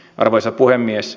arvoisa puhemies